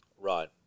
Right